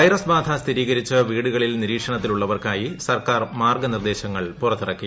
virus ബാധ സ്ഥിരീകരിച്ച് വീടുകളിൽ നിരീക്ഷണത്തിലുള്ളവർക്കായി സർക്കാർ മാർഗ്ഗ നിർദ്ദേശങ്ങൾ പുറത്തിറക്കി